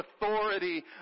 authority